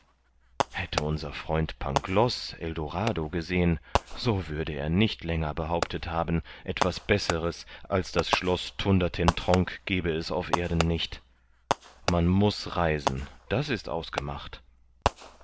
hätte unser freund pangloß eldorado gesehen so würde er nicht länger behauptet haben etwas besseres als das schloß thundertentronckh gebe es auf erden nicht man muß reisen das ist ausgemacht